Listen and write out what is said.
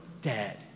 dead